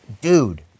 dude